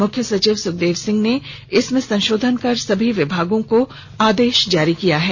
मुख्य सचिव सुखदेव सिंह ने इसमें संशोधन कर सभी विभागों को आदेश जारी किया हैं